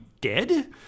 dead